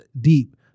deep